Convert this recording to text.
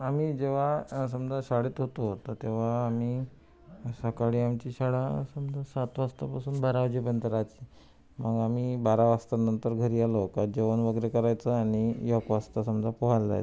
आम्ही जेव्हा समजा शाळेत होतो तर तेव्हा आम्ही सकाळी आमची शाळा समजा सात वाजतापासून बारा वाजेपर्यंत राहायची मग आम्ही बारा वाजतानंतर घरी आलो का जेवण वगैरे करायचं आणि एक वाजता समजा पोहायला जायचो